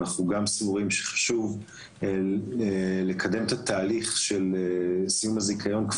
גם אנחנו סבורים שחשוב להקדים ולדון מעכשיו בתהליך סיום הזיכיון.